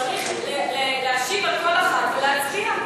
צריך להשיב על כל אחת ולהצביע.